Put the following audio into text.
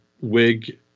wig